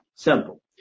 Simple